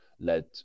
led